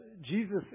Jesus